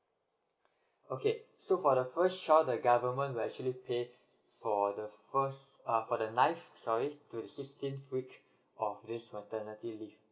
okay so for the first child the government will actually pay for the first uh for the ninth sorry to the sixteenth week of this maternity leave